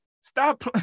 Stop